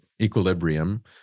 equilibrium